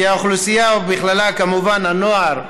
כי האוכלוסייה, ובכללה כמובן הנוער והילדים,